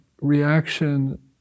reaction